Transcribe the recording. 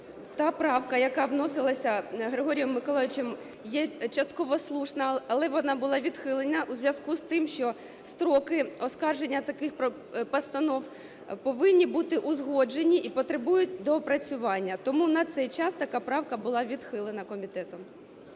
Та правка, яка вносилася Григорієм Миколайовичем, є частково слушна, але вона була відхилена у зв'язку з тим, що строки оскарження таких постанов повинні бути узгоджені і потребують доопрацювання. Тому на цей час така правка була відхилена комітетом.